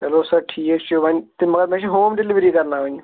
چلو سر ٹھیٖکھ چھُ وۄنۍ تہٕ مےٚ چھِ ہوٗم ڈیٚلِؤری کرناوٕنۍ